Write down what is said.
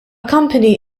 company